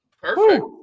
Perfect